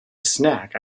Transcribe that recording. snack